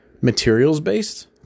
materials-based